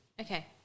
Okay